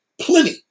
Plenty